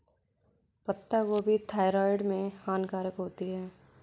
पत्ता गोभी थायराइड में हानिकारक होती है